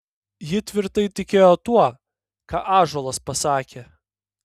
ji tvirtai tikėjo tuo ką ąžuolas pasakė